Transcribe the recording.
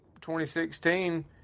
2016